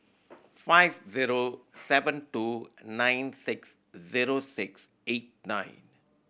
five zero seven two nine six zero six eight nine